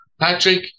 Patrick